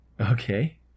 Okay